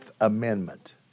Amendment